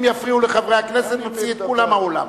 אם הם יפריעו לחברי הכנסת נוציא את כולם מהאולם.